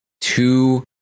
two